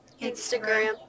Instagram